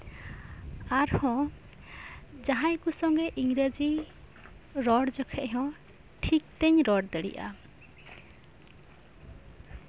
ᱟᱨ ᱦᱚᱸ ᱡᱟᱸᱦᱟᱭ ᱠᱚ ᱥᱚᱝᱜᱮ ᱤᱝᱨᱮᱡᱤ ᱨᱚᱲ ᱡᱚᱠᱷᱮᱪ ᱦᱚᱸ ᱴᱷᱤᱠ ᱛᱤᱧ ᱨᱚᱲ ᱫᱟᱲᱮᱭᱟᱜᱼᱟ